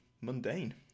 mundane